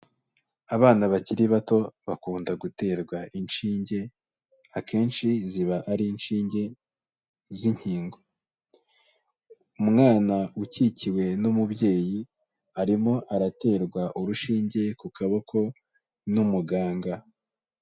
Abana bakiri bato bakunda guterwa inshinge, akenshi ziba ari inshinge z'inkingo. Umwana ukikiwe n'umubyeyi, arimo araterwa urushinge ku kaboko n'umuganga.